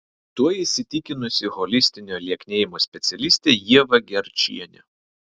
tuo įsitikinusi holistinio lieknėjimo specialistė ieva gerčienė